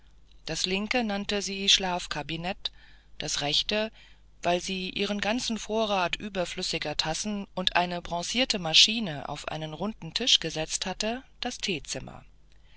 das linke nannte sie schlafkabinett das rechte weil sie ihren ganzen vorrat überflüssiger tassen und eine bronzierte maschine auf einen runden tisch gesetzt hatte das teezimmer